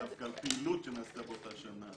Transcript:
לאו דווקא על פעילות שנעשתה באותה שנה.